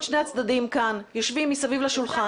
שני הצדדים כאן יושבים מסביב לשולחן.